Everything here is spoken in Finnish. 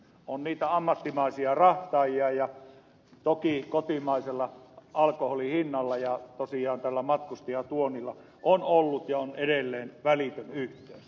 on niitä ammattimaisia rahtaajia ja toki kotimaisella alkoholin hinnalla ja tosiaan tällä matkustajatuonnilla on ollut ja on edelleen välitön yhteys